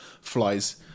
flies